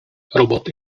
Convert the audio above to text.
roboty